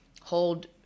hold